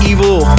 Evil